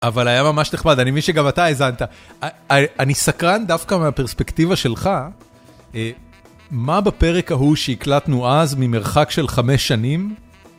אבל היה ממש נחמד, אני מבין שגם אתה האזנת. אני סקרן דווקא מהפרספקטיבה שלך, מה בפרק ההוא שהקלטנו אז ממרחק של חמש שנים?